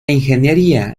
ingeniería